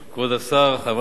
חברי חברי הכנסת,